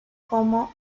como